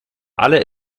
alle